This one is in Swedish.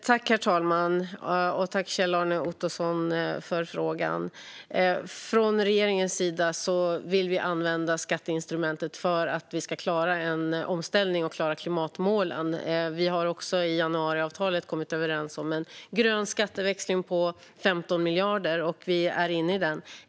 Herr talman! Tack för frågan, Kjell-Arne Ottosson! Från regeringens sida vill vi använda skatteinstrumentet för att kunna klara en omställning och klara klimatmålen. Vi har i januariavtalet även kommit överens om en grön skatteväxling på 15 miljarder, och vi är inne i den.